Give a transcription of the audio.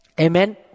Amen